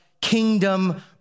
kingdom